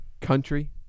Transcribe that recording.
country